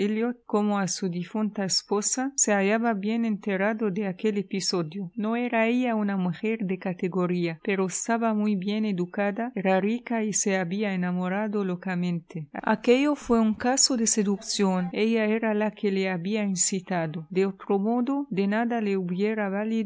como a su difunta esposa se hallaba bien enterado de aquel episodio no era ella una mujer de categoría pero estaba muy bien educada era rica y se había enamorado locamente aquello fué un caso de seducción ella era la que le había incitado de otro modo de nada le hubiera